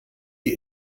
die